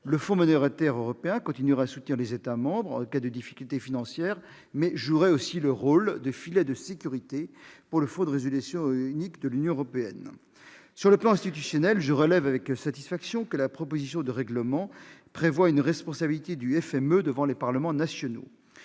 la plus substantielle. Le FME continuerait de soutenir les États membres en cas de difficultés financières. Il jouerait également le rôle de filet de sécurité pour le Fonds de résolution unique de l'Union bancaire. Sur le plan institutionnel, je relève avec satisfaction que la proposition de règlement prévoit une responsabilité du FME devant les parlements nationaux.